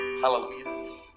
Hallelujah